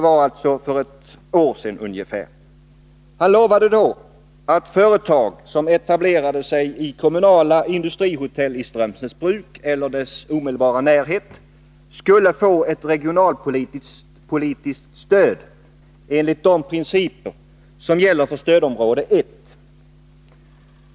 Han lovade då att Måndagen den företag som eteblerade sig i kommunala industrihotell i Strömsnäsbruk eller 14 december 1981 dess omedelbara närhet skulle få ett regionalpolitiskt stöd enligt de principer som gäller för stödområde 1.